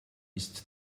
ist